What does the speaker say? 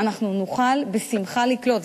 אנחנו נוכל בשמחה לקלוט,